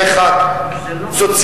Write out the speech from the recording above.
המתנחלים הם ישראלים.